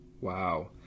Wow